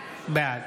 בעד